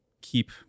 keep